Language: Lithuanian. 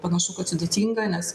panašu kad sudėtinga nes